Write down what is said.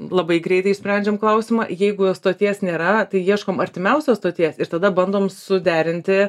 labai greitai išsprendžiam klausimą jeigu stoties nėra tai ieškom artimiausios stoties ir tada bandom suderinti